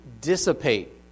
dissipate